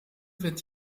wird